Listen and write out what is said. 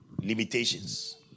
limitations